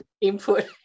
input